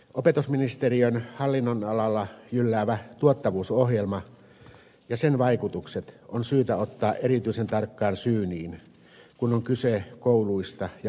opetusministeriön hallinnonalalla jylläävä tuottavuusohjelma ja sen vaikutukset on syytä ottaa erityisen tarkkaan syyniin kun on kyse kouluista ja oppilaitoksista